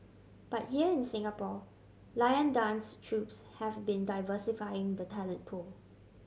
but here in Singapore lion dance troupes have been diversifying the talent pool